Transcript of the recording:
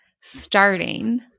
Starting